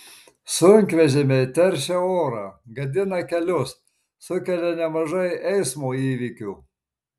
sunkvežimiai teršia orą gadina kelius sukelia nemažai eismo įvykių